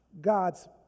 God's